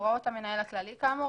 הוראות המנהל הכללי כאמור,